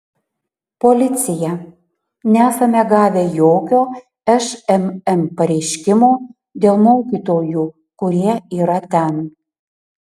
policija nesame gavę jokio šmm pareiškimo dėl mokytojų kurie yra ten